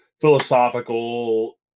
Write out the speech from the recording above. philosophical